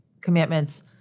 commitments